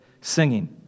singing